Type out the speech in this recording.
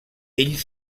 ell